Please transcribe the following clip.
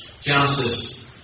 Genesis